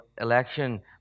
election